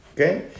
Okay